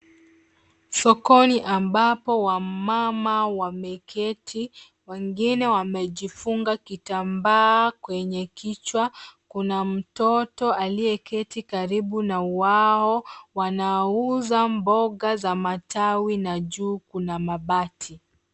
Sokoni ambapo wa mama wameketi wengine wamejifunga kitambaa kwenye kichwa kuna mtoto aliyeketi karibu na wao wanauza mboga za matawi na juu kuna mabati.